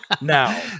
Now